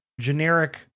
generic